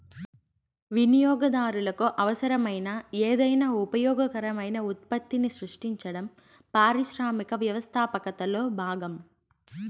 వినియోగదారులకు అవసరమైన ఏదైనా ఉపయోగకరమైన ఉత్పత్తిని సృష్టించడం పారిశ్రామిక వ్యవస్థాపకతలో భాగం